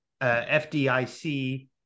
FDIC